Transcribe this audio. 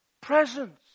presence